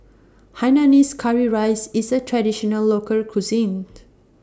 Hainanese Curry Rice IS A Traditional Local Cuisine